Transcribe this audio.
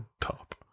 Top